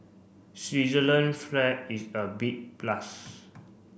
Switzerland flag is a big plus